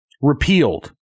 repealed